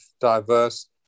diverse